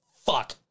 fuck